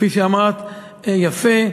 כפי שאמרת יפה,